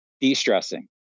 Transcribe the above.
de-stressing